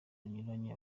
zinyuranye